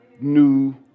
new